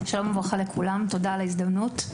שלום וברכה לכולם, תודה על ההזדמנות.